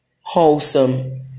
wholesome